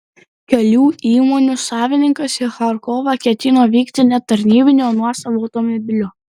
kelių įmonių savininkas į charkovą ketino vykti ne tarnybiniu o nuosavu automobiliu